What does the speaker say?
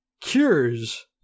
cures